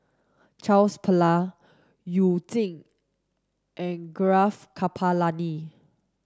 Charles Paglar You Jin and Gaurav Kripalani